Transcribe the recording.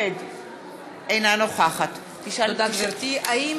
שלילת אזרחות זה דבר אסור.